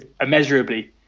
immeasurably